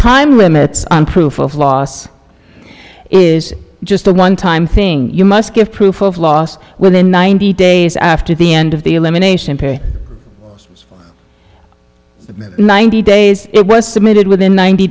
time limits on proof of loss is just a one time thing you must give proof of loss within ninety days after the end of the elimination of the ninety days it was submitted within ninety